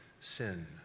sin